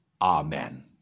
Amen